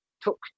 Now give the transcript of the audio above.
took